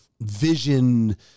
vision